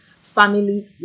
family